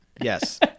yes